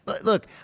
Look